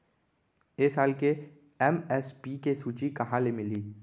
ए साल के एम.एस.पी के सूची कहाँ ले मिलही?